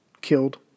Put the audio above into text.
killed